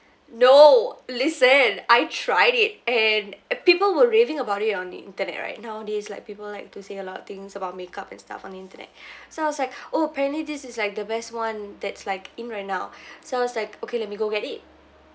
no listen I tried it and uh people were raving about it on the internet right nowadays like people like to say a lot of things about makeup and stuff on the internet so I was like oh apparently this is like the best one that's like in right now so I was like okay let me go get it